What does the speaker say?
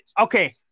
okay